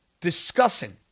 discussing